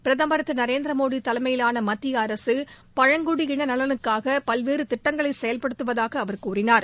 பிரதமர் திரு நரேந்திர மோடி தலைமையிலான மத்திய அரசு பழங்குடியின நலனுக்காக பல்வேறு திட்டங்களை செயல்படுத்துவதாக அவர் கூறினார்